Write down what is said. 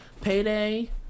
Payday